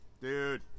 Dude